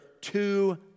two